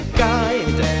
guide